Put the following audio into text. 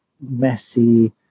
messy